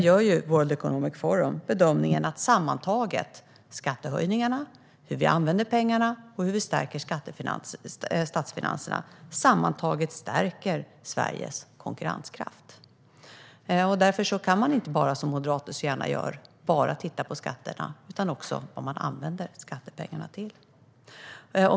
World Economic Forum gör bedömningen att detta sammantaget - det handlar om skattehöjningarna, hur vi använder pengarna och hur vi stärker statsfinanserna - stärker Sveriges konkurrenskraft. Därför kan man inte, som moderater så gärna gör, enbart titta på skatterna. Man måste också titta på vad skattepengarna används till.